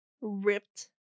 ripped